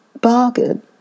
bargain